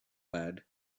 bad